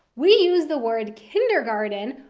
we use the word kindergarten,